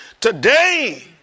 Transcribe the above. today